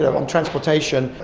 on transportation,